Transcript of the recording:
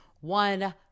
one